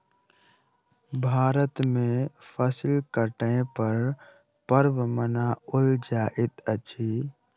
भारत में फसिल कटै पर पर्व मनाओल जाइत अछि